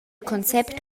concept